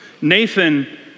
Nathan